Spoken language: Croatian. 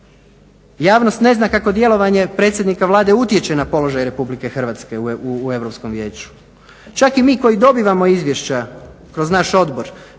Javnost ne zna kako djelovanje predsjednika Vlade utječe na položaj RH u Europskom vijeću. Čak i mi koji dobivamo izvješća kroz naš odbor